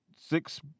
six